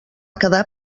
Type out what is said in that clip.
quedar